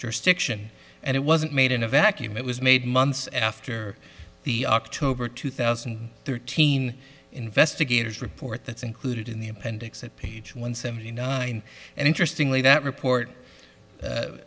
jurisdiction and it wasn't made in a vacuum it was made months after the october two thousand and thirteen investigator's report that's included in the appendix at page one seventy nine and interestingly that report